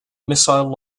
missile